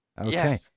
Okay